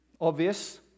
Obvious